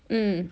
mm